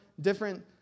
different